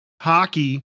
hockey